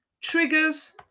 triggers